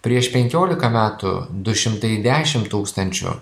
prieš penkiolika metų du šimtai dešim tūkstančių